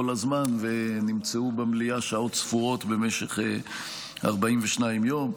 הזמן ונמצאו במליאה במשך שעות ספורות במשך 42 יום.